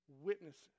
witnesses